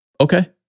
okay